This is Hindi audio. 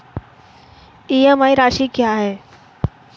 ई.एम.आई राशि क्या है?